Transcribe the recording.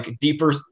deeper